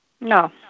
No